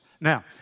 Now